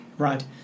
Right